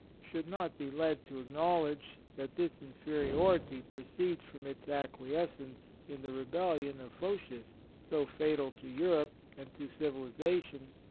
should not be led to acknowledge that this inferiority proceeds from its acquiescence in the rebellion of photius, so fatal to europe and to civilization,